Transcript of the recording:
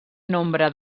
nombre